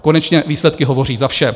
Konečně výsledky hovoří za vše.